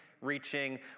reaching